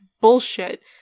bullshit